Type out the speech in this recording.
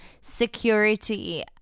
security